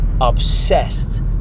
obsessed